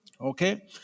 Okay